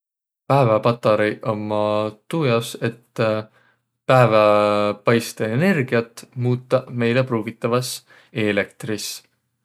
Pääväpatareiq ummaq tuu jaos, et pääväpaistõenergiät muutaq meile pruugitavas eelektris.